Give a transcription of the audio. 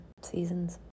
seasons